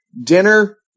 dinner